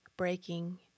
breaking